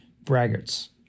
braggarts